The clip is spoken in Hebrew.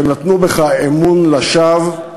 שנתנו בך אמון לשווא.